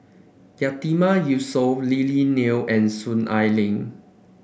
Yatiman Yusof Lily Neo and Soon Ai Ling